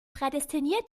prädestiniert